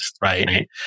right